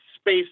space